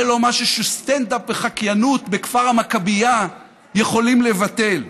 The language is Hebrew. זה לא משהו שסטנד-אפ וחקיינות בכפר המכביה יכולים לבטל.